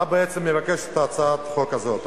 מה בעצם מבקשת הצעת החוק הזאת?